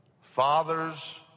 fathers